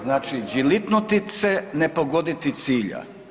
Znači đilitnuti se, ne pogoditi cilja.